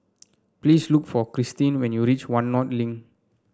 please look for Cristine when you reach One North Link